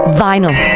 vinyl